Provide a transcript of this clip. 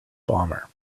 bomber